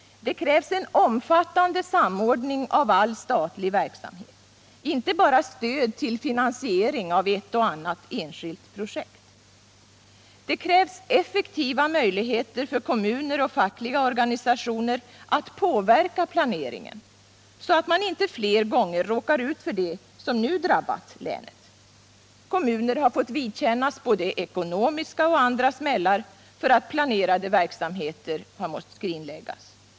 Det krävs en omfattande samordning av all statlig verksamhet, inte bara stöd till finansiering av ett och annat enskilt projekt. Det krävs effektiva möjligheter för kommuner och fackliga organisationer att påverka planeringen, så att man inte fler gånger råkar ut för det som nu drabbat länet. Kommuner har fått vidkännas både ekonomiska och andra smällar för att planerade verksamheter har måst skrinläggas.